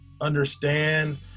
understand